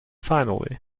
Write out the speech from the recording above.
finally